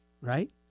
Right